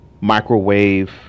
microwave